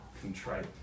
contrite